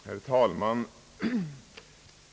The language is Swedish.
Herr talman!